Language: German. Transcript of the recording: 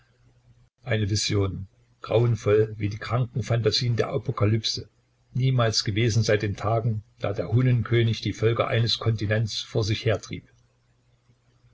eine vision grauenvoll wie die kranken phantasien der apokalypse niemals gewesen seit den tagen da der hunnenkönig die völker eines kontinents vor sich hertrieb